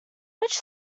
which